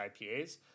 IPAs